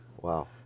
Wow